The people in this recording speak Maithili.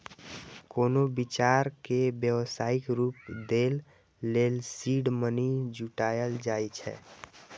कोनो विचार कें व्यावसायिक रूप दै लेल सीड मनी जुटायल जाए छै